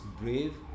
brave